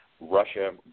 Russia